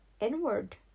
inward